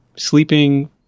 sleeping